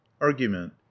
Argument